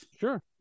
Sure